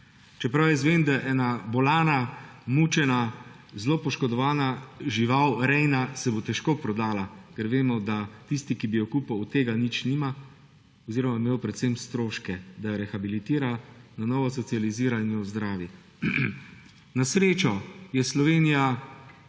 Čeprav jaz vem, da se bo ena bolna, mučena, zelo poškodovana rejna žival težko prodala, ker vemo, da tisti, ki bi jo kupil, od tega nič nima oziroma bi imel predvsem stroške, da jo rehabilitira, na novo socializira in ozdravi. Na srečo je Slovenija